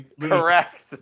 correct